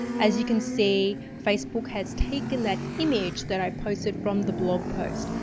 as you can see, facebook has taken that image that i posted from the blog post.